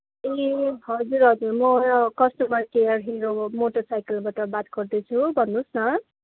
ए हजुर हजुर म कस्टमर केयर हिरो मोटरसाइकलबाट बात गर्दैछु भन्नुहोस् न